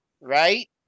right